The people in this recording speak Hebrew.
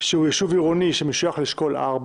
שהוא יישוב עירוני שמשויך לאשכול 4,